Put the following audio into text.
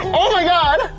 oh, my god!